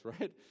right